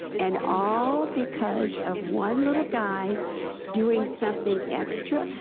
and all because of one little guy doing something extra,